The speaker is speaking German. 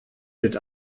wird